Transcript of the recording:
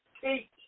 teach